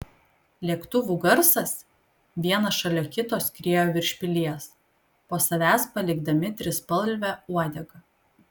lėktuvų garsas vienas šalia kito skriejo virš pilies po savęs palikdami trispalvę uodegą